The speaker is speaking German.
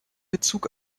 bezug